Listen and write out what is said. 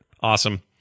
Awesome